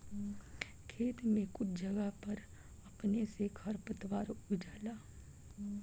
खेत में कुछ जगह पर अपने से खर पातवार उग जाला